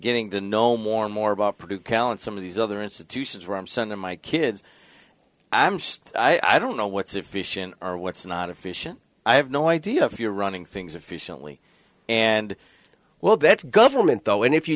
getting to know more and more about pretty callen some of these other institutions where i'm sending my kids i'm still i don't know what's efficient are what's not efficient i have no idea if you're running things efficiently and well that's government though and if you